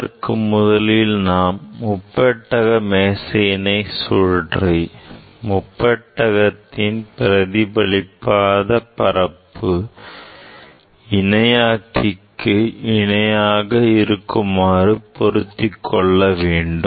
அதற்கு முதலில் நாம் முப்பெட்டக மேசையினை சுழற்றி முப்பெட்டகத்தின் பிரதிபலிக்காத பரப்பு இணையாக்கிக்கு இணையாக இருக்குமாறு பொருத்திக்கொள்ள வேண்டும்